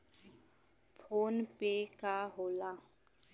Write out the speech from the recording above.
PhonePe का होला?